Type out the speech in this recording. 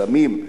סמים,